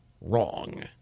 wrong